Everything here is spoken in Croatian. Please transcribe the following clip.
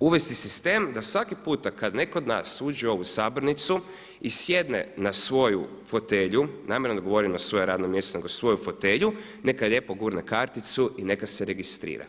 uvesti sistem da svaki puta kada neko od nas uđe u ovu sabornicu i sjedne na svoju fotelju, namjerno ne govorim na svoje radno mjesto nego svoju fotelju, neka lijepo gurne karticu i neka se registrira.